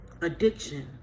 addiction